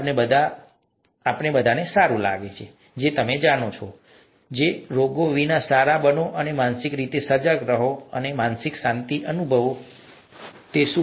આપણે બધા આપણને બધાને સારું લાગે છે કે તમે જાણો છો રોગો વિના સારા બનો માનસિક રીતે સજાગ રહો માનસિક શાંતિ અનુભવો વગેરે